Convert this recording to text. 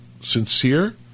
sincere